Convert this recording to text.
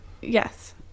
Yes